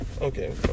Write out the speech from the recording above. Okay